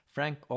Frank